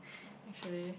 actually